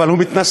אבל הוא מתנשא.